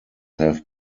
have